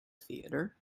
theater